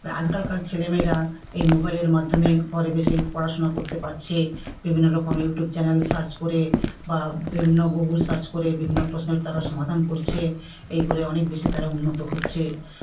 আজকালকার ছেলেমেয়েরা এই মোবাইলের মাধ্যমে ঘরে বসেই পড়াশোনা করতে পারছে বিভিন্নরকম ইউটিউব চ্যানেল সার্চ করে বা বিভিন্ন গুগল সার্চ করে বিভিন্ন প্রশ্নের তারা সমাধান করছে এই করে অনেক বেশি তারা উন্নত হচ্ছে